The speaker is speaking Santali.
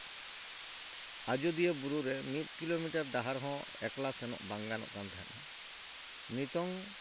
ᱟᱡᱚᱫᱤᱭᱟᱹ ᱵᱩᱨᱩ ᱨᱮ ᱢᱤᱫ ᱠᱤᱞᱳᱢᱤᱴᱟᱨ ᱰᱟᱦᱟᱨ ᱦᱚᱸ ᱮᱠᱞᱟ ᱥᱮᱱᱚᱜ ᱵᱟᱝ ᱜᱟᱱᱚᱜ ᱠᱟᱱ ᱛᱟᱦᱮᱸᱫᱼᱟ ᱱᱤᱛᱚᱝ